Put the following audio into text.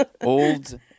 Old